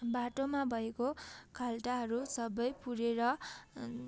बाटोमा भएको खाल्टाहरू सबै पुरेर